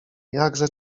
jakże